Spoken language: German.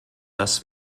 dass